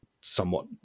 somewhat